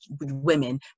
women